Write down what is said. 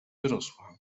wyrosła